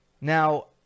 now